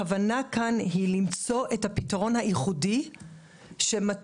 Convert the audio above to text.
הכוונה כאן היא למצוא את הפתרון הייחודי שמתאים